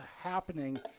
happening